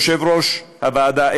יושב-ראש הוועדה,